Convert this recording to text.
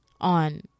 on